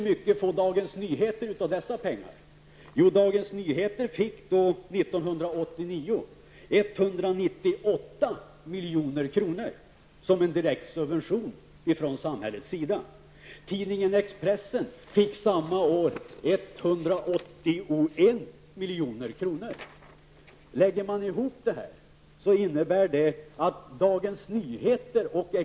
Jo, 1989 fick Dagens Nyhter 198 milj.kr. som en direkt subvention från samhällets sida. Expressen fick samma år 181 milj.kr. Lägger man ihop det här, innebär det att Dagens kr.